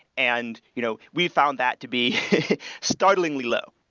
and you know we found that to be startlingly low.